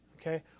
Okay